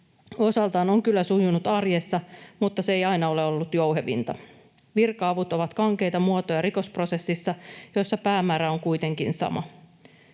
osaltaan on kyllä sujunut arjessa, mutta se ei aina ole ollut jouhevinta. Virka-avut ovat kankeita muotoja rikosprosessissa, jossa päämäärä on kuitenkin sama.